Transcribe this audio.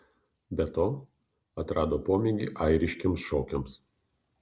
be to atrado pomėgį airiškiems šokiams